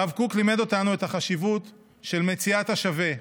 הרב קוק לימד אותנו את החשיבות של מציאת השווה,